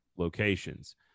locations